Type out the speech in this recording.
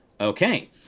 Okay